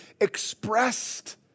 expressed